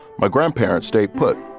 my grandparents stayed put.